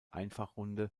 einfachrunde